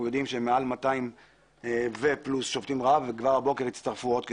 יודעים שמעל 200 פלוס שובתים רעב וכבר הבוקר הצטרפו עוד כ-30.